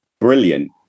brilliant